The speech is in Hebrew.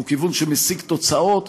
הוא כיוון שמשיג תוצאות,